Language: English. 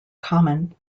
common